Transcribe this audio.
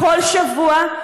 כל שבוע?